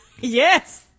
Yes